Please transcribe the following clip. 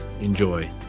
Enjoy